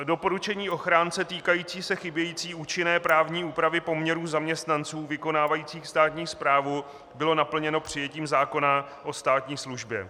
Doporučení ochránce týkající se chybějící účinné právní úpravy poměrů zaměstnanců vykonávajících státní správu bylo naplněno přijetím zákona o státní službě.